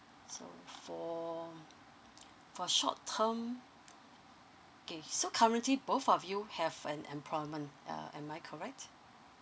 so for for short term okay so currently both of you have an employment uh am I correct